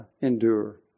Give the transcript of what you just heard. endure